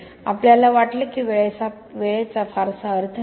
आपल्याला वाटले की वेळेचा फारसा अर्थ नाही